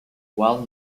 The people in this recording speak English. well